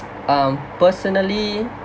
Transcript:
um personally